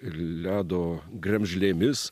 ledo gremžlėmis